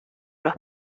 los